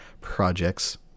projects